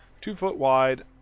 Two-foot-wide